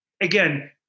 Again